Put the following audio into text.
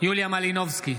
יוליה מלינובסקי,